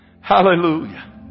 Hallelujah